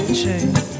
change